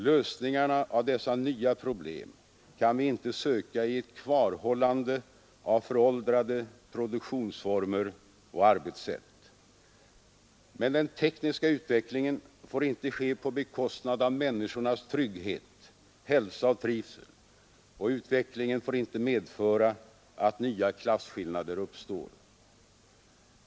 Lösningarna av dessa nya problem kan vi inte söka i ett kvarhållande av föråldrade produktionsformer och arbetssätt. Men den tekniska utvecklingen får inte ske på bekostnad av människornas trygghet, hälsa och trivsel, och utvecklingen får inte medföra att nya klasskillnader uppstår.